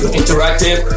interactive